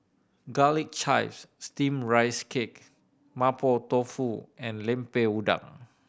garlic chives steame rice cake Mapo Tofu and Lemper Udang